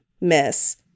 Miss